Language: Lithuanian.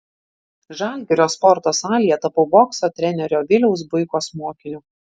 žalgirio sporto salėje tapau bokso trenerio viliaus buikos mokiniu